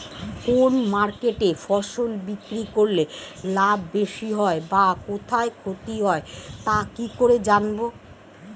কোন মার্কেটে ফসল বিক্রি করলে লাভ বেশি হয় ও কোথায় ক্ষতি হয় তা কি করে জানবো?